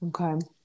Okay